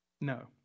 No